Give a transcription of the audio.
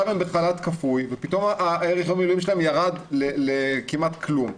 הם בחל"ת כפוי ופתאום ערך יום המילואים שלהם ירד לכמעט כלום.